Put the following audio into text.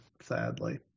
sadly